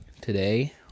today